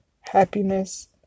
happiness